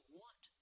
want